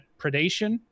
Predation